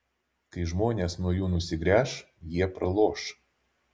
kai žmonės nuo jų nusigręš jie praloš